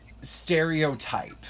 stereotype